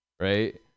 right